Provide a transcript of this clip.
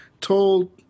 told